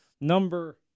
number